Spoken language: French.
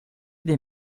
des